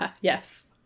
Yes